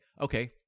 Okay